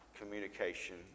communication